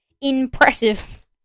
impressive